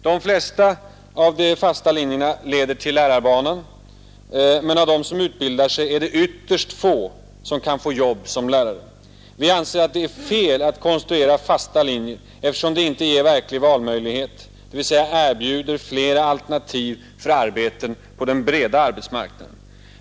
De flesta av de fasta linjerna leder till lärarbanan, men av dem som utbildar sig är det ytterligt få som kan få jobb som lärare. Vi anser att det är fel att konstruera fasta linjer, som inte ger verklig valmöjlighet, dvs. erbjuder flera alternativ för arbeten på den breda arbetsmarknaden.